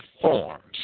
forms